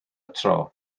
tro